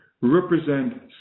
represent